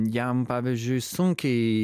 jam pavyzdžiui sunkiai